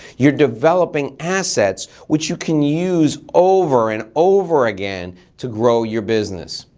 you're developing assets which you can use over and over again to grow your business.